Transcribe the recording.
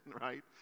right